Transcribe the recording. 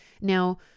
Now